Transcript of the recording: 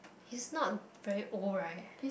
he's not very old right